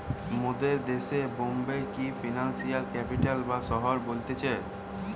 মোদের দেশে বোম্বে কে ফিনান্সিয়াল ক্যাপিটাল বা শহর বলতিছে